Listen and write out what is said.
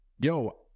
yo